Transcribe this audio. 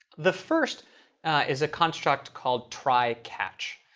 the first is a construct called try, catch.